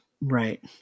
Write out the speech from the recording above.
Right